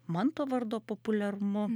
manto vardo populiarumu